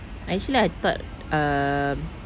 actually I thought um